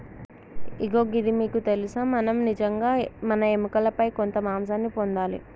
ఇగో గిది మీకు తెలుసా మనం నిజంగా మన ఎముకలపై కొంత మాంసాన్ని పొందాలి